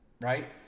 Right